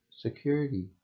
security